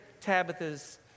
Tabitha's